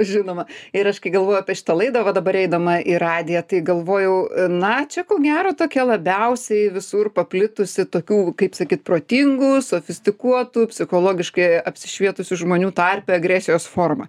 žinoma ir aš kai galvoju apie šitą laidą va dabar eidama į radiją tai galvojau na čia ko gero tokia labiausiai visur paplitusi tokių kaip sakyt protingų sofistikuotų psichologiškai apsišvietusių žmonių tarpe agresijos forma